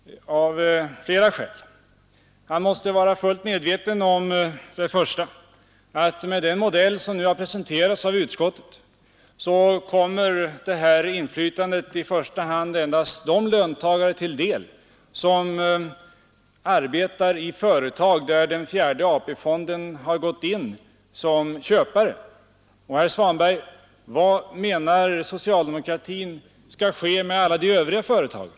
Han måste vara fullt medveten om att med den modell som nu har presenterats av utskottet kommer det här inflytandet i första hand endast de löntagare till del som arbetar i företag, där den fjärde AP-fonden har gått in som aktieköpare. Vad menar socialdemokratin skall ske med alla de övriga företagen?